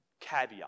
caveat